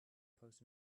post